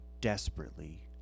desperately